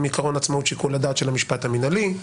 עיקרון עצמאות שיקול הדעת של המשפט המינהלי,